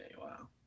wow